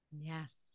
Yes